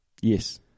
Yes